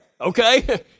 okay